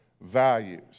values